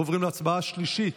אנחנו ניגשים להצבעה שנייה,